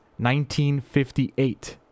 1958